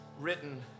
written